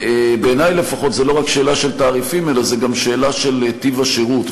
שבעיני לפחות זו לא רק שאלה של תעריפים אלא זו גם שאלה של טיב השירות.